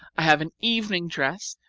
i have an evening dress,